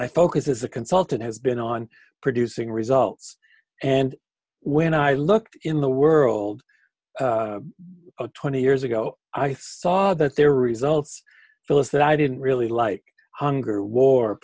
my focus as a consultant has been on producing results and when i look in the world twenty years ago i saw that their results phillis that i didn't really like hunger war